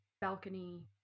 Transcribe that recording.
balcony